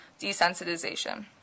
desensitization